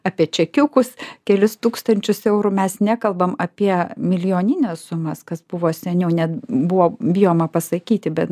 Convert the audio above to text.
apie čekiukus kelis tūkstančius eurų mes nekalbam apie milijonines sumas kas buvo seniau net buvo bijoma pasakyti bet